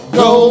go